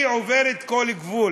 היא עוברת כל גבול.